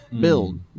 build